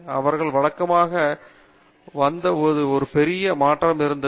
அவர்கள் வழக்கமாக வந்து போது ஒரு பெரிய மாற்றம் இருந்தது